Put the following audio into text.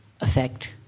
effect